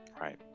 right